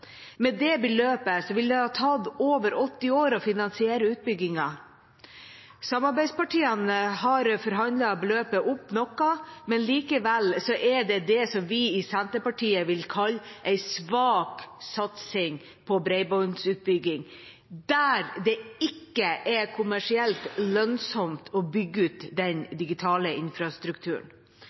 Med det beløpet ville det tatt over 80 år å finansiere utbyggingen. Samarbeidspartiene har forhandlet opp beløpet noe, men likevel er dette det vi i Senterpartiet vil kalle en svak satsing på bredbåndsutbygging der det ikke er kommersielt lønnsomt å bygge ut den digitale infrastrukturen.